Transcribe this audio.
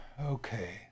Okay